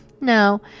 no